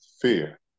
fear